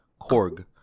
Korg